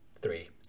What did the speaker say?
three